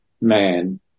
man